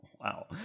wow